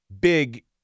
big